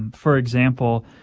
for example,